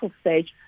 stage